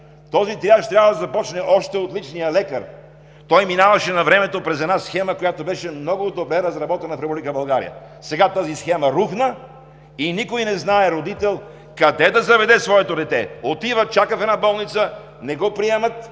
Този триаж трябва да започне още от личния лекар. Той минаваше навремето през една схема, която беше много добре разработена в Република България. Тази схема сега рухна и никой родител не знае къде да заведе своето дете. Отива, чака в една болница – не го приемат,